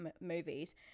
movies